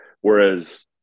Whereas